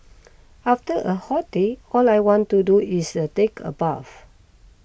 after a hot day all I want to do is a take a bath